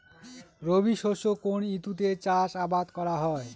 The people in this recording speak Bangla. রবি শস্য কোন ঋতুতে চাষাবাদ করা হয়?